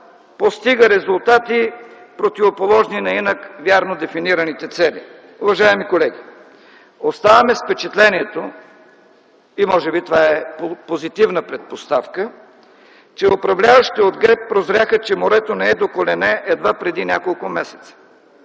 постига резултати, противоположни на инак вярно дефинираните цели. Уважаеми колеги, оставаме с впечатлението, и може би това е позитивна предпоставка, че управляващите от ГЕРБ прозряха, че морето не е до колене едва преди няколко месеца.